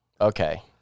Okay